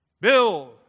Bill